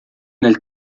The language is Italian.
nel